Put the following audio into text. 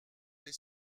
les